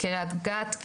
קריית גת,